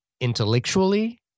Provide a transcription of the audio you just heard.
intellectually